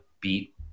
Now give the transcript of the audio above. beat